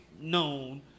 known